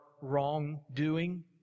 wrongdoing